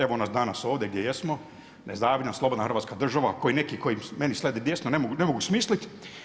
Evo nas danas ovdje gdje jesmo nezavisna slobodna Hrvatska država koju neki koji meni sjede desno ne mogu smisliti.